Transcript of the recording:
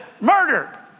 murder